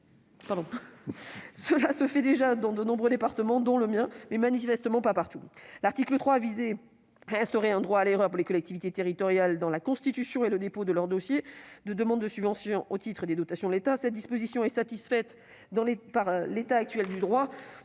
Cela se fait déjà dans de nombreux départements, notamment le mien, mais manifestement pas partout. L'article 3 visait à instaurer un droit à l'erreur pour les collectivités territoriales pour ce qui concerne la constitution et le dépôt de leur dossier de demande de subvention au titre des dotations de l'État. Or cette disposition est satisfaite par le droit